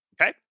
Okay